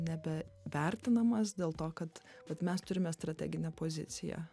nebe vertinamas dėl to kad vat mes turime strateginę poziciją